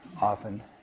often